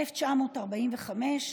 1945,